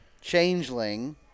Changeling